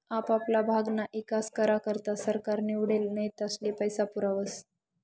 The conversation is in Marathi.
आपापला भागना ईकास करा करता सरकार निवडेल नेतास्ले पैसा पुरावस